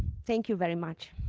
thank you very much.